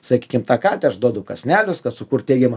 sakykim tą katę aš duodu kąsnelis kad sukurt teigiamą